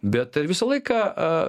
bet ar visą laiką